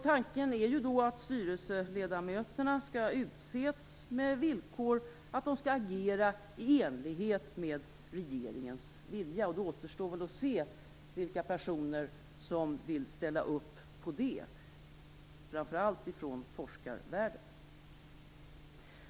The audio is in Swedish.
Tanken är att styrelseledamöterna skall utses med villkor att de skall agera i enlighet med regeringens vilja. Det återstår att se vilka personer som vill ställa upp på det, framför allt från forskarvärlden.